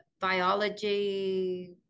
biology